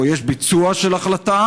או יש ביצוע של החלטה,